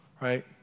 right